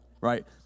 right